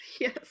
yes